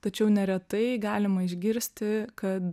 tačiau neretai galima išgirsti kad